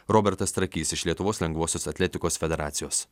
robertas trakys iš lietuvos lengvosios atletikos federacijos